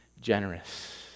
generous